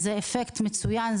זה אפקט מצוין.